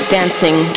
dancing